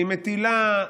והיא מטילה,